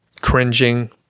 cringing